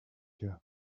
you